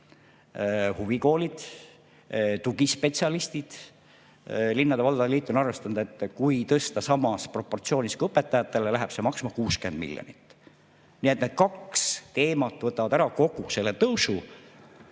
huvikoolid, tugispetsialistid. Linnade ja valdade liit on arvestanud, et kui tõsta nende palka samas proportsioonis kui õpetajatel, siis läheb see maksma 60 miljonit. Nii et need kaks teemat võtavad ära kogu selle tõusu.